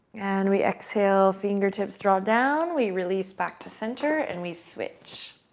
and we exhale, fingertips draw down, we release back to center and we switch.